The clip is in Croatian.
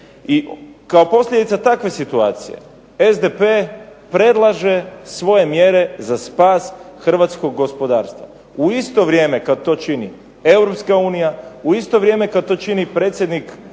I kao posljedica takve situacije SDP predlaže svoje mjere za spas hrvatskog gospodarstva. U isto vrijeme kad to čini EU, u isto vrijeme kad to čini predsjednik